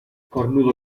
cornudo